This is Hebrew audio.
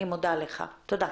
תודה.